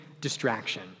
distraction